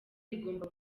rigomba